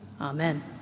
Amen